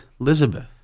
Elizabeth